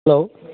hello